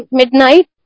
midnight